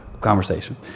Conversation